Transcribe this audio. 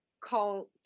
call